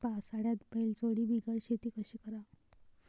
पावसाळ्यात बैलजोडी बिगर शेती कशी कराव?